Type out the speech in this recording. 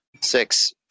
six